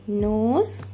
nose